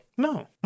no